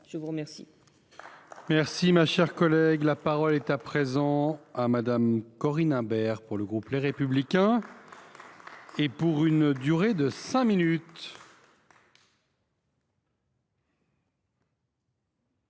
Je veux remercier